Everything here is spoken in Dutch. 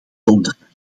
donderdag